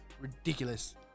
ridiculous